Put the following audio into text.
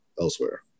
elsewhere